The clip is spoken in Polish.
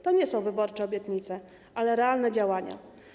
To nie są wyborcze obietnice, ale realne działania.